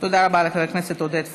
תודה רבה לחבר הכנסת עודד פורר.